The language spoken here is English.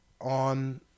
on